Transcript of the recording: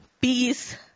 peace